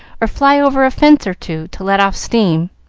or fly over a fence or two, to let off steam.